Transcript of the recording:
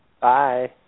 Bye